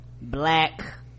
black